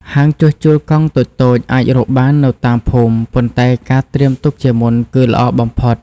ហាងជួសជុលកង់តូចៗអាចរកបាននៅតាមភូមិ ប៉ុន្តែការត្រៀមទុកជាមុនគឺល្អបំផុត។